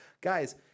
guys